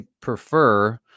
prefer